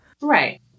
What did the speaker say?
Right